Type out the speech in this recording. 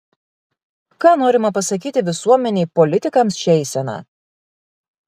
ką norima pasakyti visuomenei politikams šia eisena